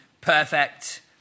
perfect